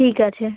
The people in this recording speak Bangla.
ঠিক আছে